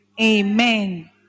Amen